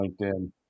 LinkedIn